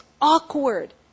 awkward